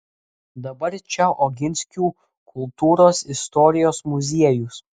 dabar čia oginskių kultūros istorijos muziejus